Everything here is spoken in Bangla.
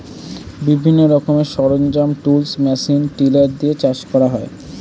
বিভিন্ন রকমের সরঞ্জাম, টুলস, মেশিন টিলার দিয়ে চাষ করা হয়